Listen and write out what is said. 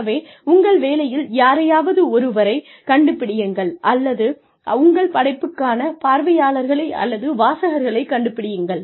ஆகவே உங்கள் வேலையில் யாரையாவது ஒருவரை கண்டுபிடியுங்கள் அல்லது உங்கள் படைப்புக்கான பார்வையாளர்களை அல்லது வாசகர்களைக் கண்டு பிடியுங்கள்